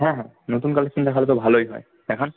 হ্যাঁ হ্যাঁ নতুন কালেকশন দেখালে তো ভালোই হয় দেখান